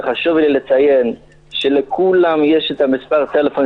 חשוב לי לציין שלכולם יש את מס' הטלפון